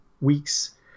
weeks